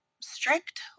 strict